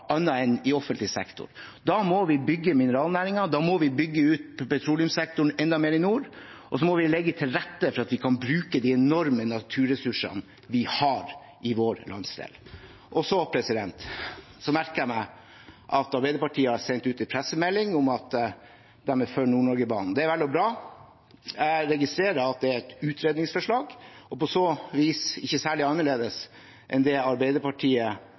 offentlig sektor. Da må vi bygge mineralnæringen, da må vi bygge ut petroleumssektoren enda mer i nord, og så må vi legge til rette for at vi kan bruke de enorme naturressursene vi har i vår landsdel. Jeg merker meg at Arbeiderpartiet har sendt ut en pressemelding om at de er for Nord-Norgebanen. Det er vel og bra. Jeg registrerer at det er et utredningsforslag og på så vis ikke særlig annerledes enn det Arbeiderpartiet